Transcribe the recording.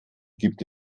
gibt